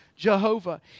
Jehovah